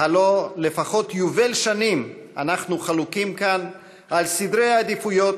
הלוא לפחות יובל שנים אנחנו חלוקים כאן על סדרי עדיפויות,